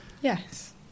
Yes